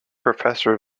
professor